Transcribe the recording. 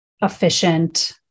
efficient